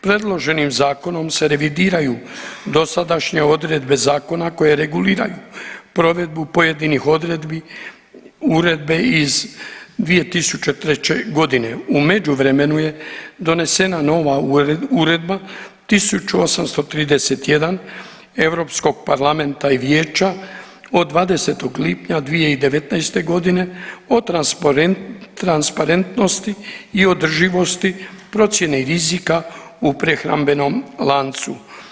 Predloženim Zakonom se revidiraju dosadašnje odredbe zakona koje reguliraju provedbu pojedinih odredbi Uredbe iz 2003. g. U međuvremenu je donesena nova Uredba 1831 Europskog parlamenta i Vijeća od 20. lipnja 2019. g. o transparentnosti i održivosti procjene rizika u prehrambenom lancu.